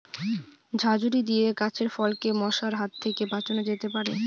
ঝাঁঝরি দিয়ে গাছের ফলকে মশার হাত থেকে বাঁচানো যেতে পারে?